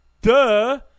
Duh